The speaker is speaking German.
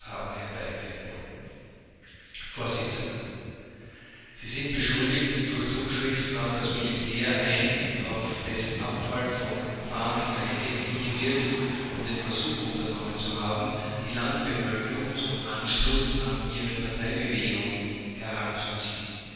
herbeiführen wollen vors sie sind beschuldigt durch druckschriften auf das militär ein und auf dessen abfall vom fahneneide hingewirkt und den versuch unternommen zu haben die landbevölkerung zum anschluß an ihre parteibewegung heranzuziehen